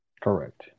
Correct